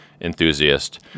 enthusiast